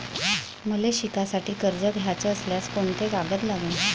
मले शिकासाठी कर्ज घ्याचं असल्यास कोंते कागद लागन?